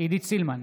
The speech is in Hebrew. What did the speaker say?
עידית סילמן,